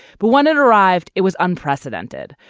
but when it arrived it was unprecedented.